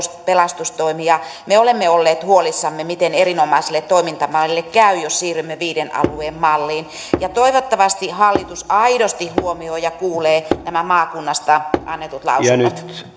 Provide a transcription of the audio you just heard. pelastustoimi ja me olemme olleet huolissamme miten erinomaiselle toimintamallille käy jos siirrymme viiden alueen malliin toivottavasti hallitus aidosti huomioi ja kuulee nämä maakunnasta annetut lausunnot